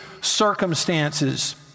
circumstances